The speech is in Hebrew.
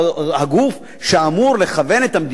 את המדיניות התעסוקתית במדינת ישראל?